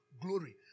Glory